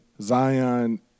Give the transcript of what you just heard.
Zion